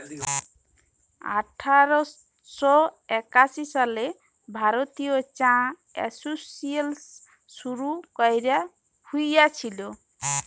আঠার শ একাশি সালে ভারতীয় চা এসোসিয়েশল শুরু ক্যরা হঁইয়েছিল